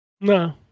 No